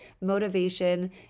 motivation